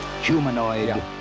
humanoid